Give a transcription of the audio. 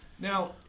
Now